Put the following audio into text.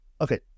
Okay